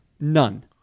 None